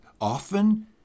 often